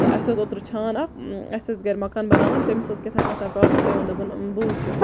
اَسہِ اوس اوترٕ چھان اکھ اَسہِ ٲسۍ گَرِ مَکان بَناوان تٔمِس اوس کیاہ تام کَتھ تام پرابلم تٔمۍ ووٚن دوٚپُن بہٕ وٕچھِ